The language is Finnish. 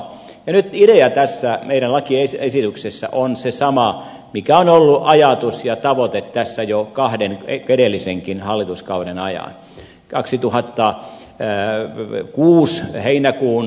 ja nyt idea tässä meidän lakiesityksessä on se sama mikä on ollut ajatus ja tavoite tässä jo kahden edellisenkin hallituskauden ajan kaksituhatta ei näy ja kuuluvuus heinäkuun